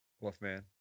Wolfman